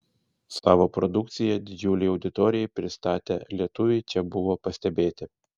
savo produkciją didžiulei auditorijai pristatę lietuviai čia buvo pastebėti